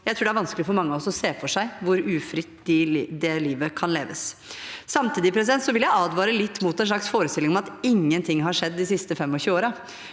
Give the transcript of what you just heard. jeg tror det er vanskelig for mange av oss å se for seg – hvor ufritt et liv kan leves. Samtidig vil jeg advare litt mot en slags forestilling om at ingenting har skjedd de siste 25 årene.